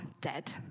dead